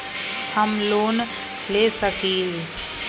हम लोन ले सकील?